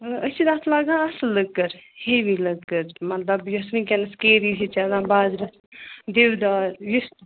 مطلب أسۍ چھِ تَتھ لاگان اَصٕل لٔکٕر ہیوی لٔکٕر مطلب یۄس وٕنۍکٮ۪نَس کے وی چھِ آسان بازرَس دِیو دار یُس